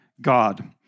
God